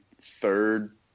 third